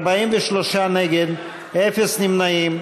43 נגד, אפס נמנעים.